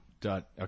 Dot